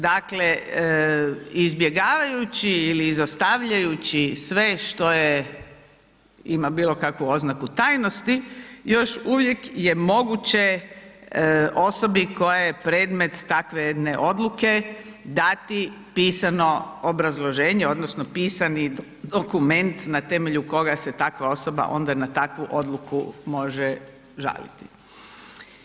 Dakle, izbjegavajući ili izostavljajući sve što je, ima bilo kakvu oznaku tajnosti još uvijek je moguće osobi koja je predmet takve jedne Odluke, da ti pisano obrazloženje odnosno pisani dokument na temelju koga se takva osoba onda na takvu Odluku može žaliti.